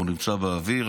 הוא כבר נמצא באוויר,